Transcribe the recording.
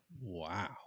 Wow